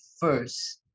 first